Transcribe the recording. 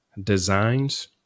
designs